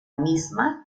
misma